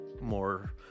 more